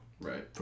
Right